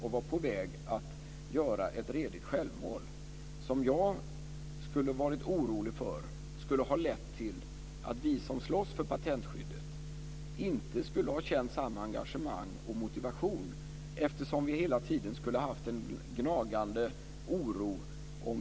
De var på väg att göra ett redigt självmål som skulle ha lett till att vi som slåss för patentskyddet inte skulle ha känt samma engagemang och motivation, eftersom vi hela tiden skulle ha haft en gnagande oro.